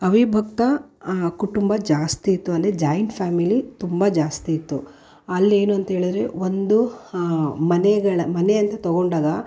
ಅವಿಭಕ್ತ ಕುಟುಂಬ ಜಾಸ್ತಿ ಇತ್ತು ಅಂದರೆ ಜಾಯಿಂಟ್ ಫ್ಯಾಮಿಲಿ ತುಂಬ ಜಾಸ್ತಿ ಇತ್ತು ಅಲ್ಲಿ ಏನಂಥೇಳಿದರೆ ಒಂದು ಮನೆಗಳ ಮನೆ ಅಂತ ತಗೊಂಡಾಗ